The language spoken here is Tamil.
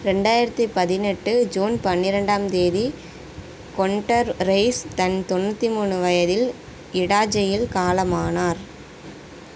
ரெண்டாயிரத்தி பதினெட்டு ஜூன் பன்னிரெண்டாம் தேதி கொன்டெர் ரெய்ஸ் தன் தொண்ணூற்றி மூணு வயதில் இடாஜையில் காலமானார்